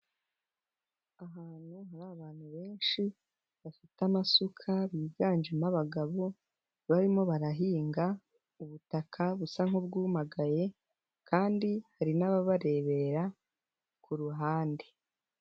ahantu hari abantu benshi bafite amasuka, biganjemo abagabo, barimo barahinga ubutaka busa nku'bwuyumagaye, kandi hari n'ababarebera ku ruhande.